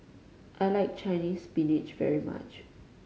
I like Chinese Spinach very much